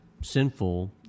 sinful